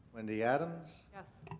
wendy adams. yes.